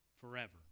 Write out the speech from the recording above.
forever